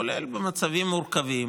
כולל במצבים מורכבים,